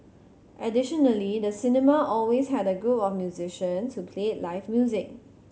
additionally the cinema always had a group of musicians who played live music